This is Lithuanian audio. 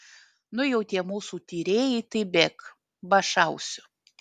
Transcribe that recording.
nu jau tie mūsų tyrėjai tai bėk ba šausiu